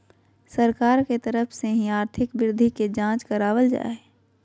सरकार के तरफ से ही आर्थिक वृद्धि के जांच करावल जा हय